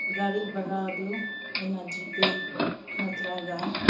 ꯒꯥꯔꯤ ꯚꯔꯥꯗꯨ ꯑꯩꯅ ꯖꯤꯄꯦ ꯅꯠꯇ꯭ꯔꯒ